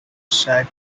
side